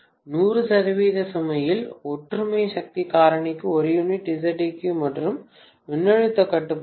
பேராசிரியர் 100 சதவிகித சுமையில் ஒற்றுமை சக்தி காரணிக்கு ஒரு யூனிட் Zeq மற்றும் மின்னழுத்த கட்டுப்பாடு